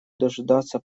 дожидаться